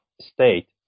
state